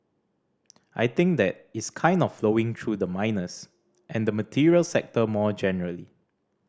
I think that is kind of flowing through the miners and the materials sector more generally